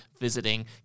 visiting